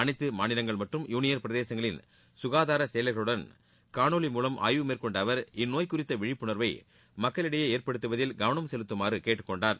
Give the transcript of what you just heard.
அளைத்து மாநிலங்கள் மற்றம் யூளியன் பிரதேசங்களின் சுகாதார செயலர்களுடன் காணொலி மூலம் ஆய்வு மேற்கொண்ட அவர் இந்நோய் குறித்த விழிப்புணர்வை மக்களிடையே ஏற்படுத்துவதில் கவனம் செலுத்தமாறு கேட்டுக்கொண்டார்